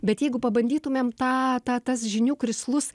bet jeigu pabandytumėm tą tą tas žinių krislus